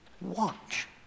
Watch